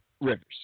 Rivers